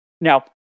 Now